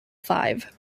five